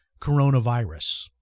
coronavirus